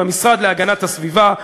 עם המשרד להגנת הסביבה,